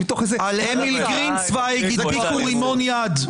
על אמיל גרינצוויג הדביקו רימון יד.